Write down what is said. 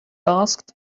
asked